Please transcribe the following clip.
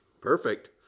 Perfect